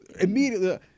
Immediately